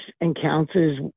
encounters